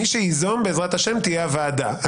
מי שיזום בעזרת השם תהיה הוועדה.